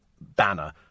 banner